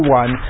one